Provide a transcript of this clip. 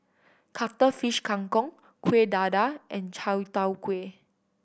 Cuttlefish Kang Kong Kuih Dadar and Chai Tow Kuay